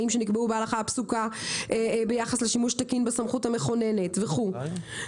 שנקבעו בהלכה הפסוקה ביחס לשימוש תקין בסמכות המכוננת וכולי.